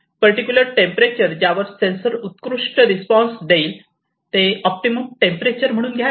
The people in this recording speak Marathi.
पर्टिक्युलर टेंपरेचर ज्यावर सेंसर उत्कृष्ट रिस्पॉन्स देईल ते ऑप्टिमम टेंपरेचर म्हणून घ्यावे